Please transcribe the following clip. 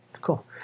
Cool